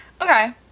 Okay